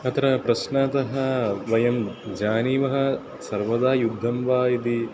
अत्र प्रश्नतः वयं जानीमः सर्वदा युद्धं वा इति